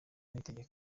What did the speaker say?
n’itegeko